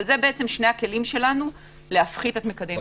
אבל זה שני הכלים שלנו להפחית את מקדם ההדבקה.